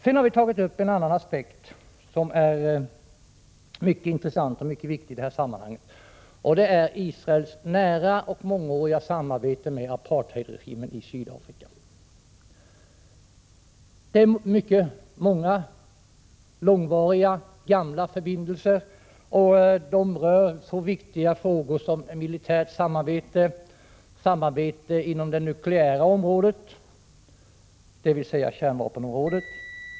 Vidare har vi tagit upp en annan aspekt som är mycket intressant och mycket viktig i detta sammanhang, och det är Israels nära och mångåriga samarbete med apartheidregimen i Sydafrika. Det gäller ett flertal långvariga och gamla förbindelser, och det rör sig om så viktiga frågor som militärt samarbete — bl.a. samarbete inom det nukleära området, dvs. kärnvapenområdet.